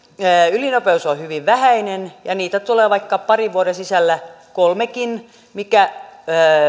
ylinopeus on hyvin vähäinen ja niitä sakkoja tulee vaikka parin vuoden sisällä kolmekin mikä